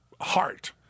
heart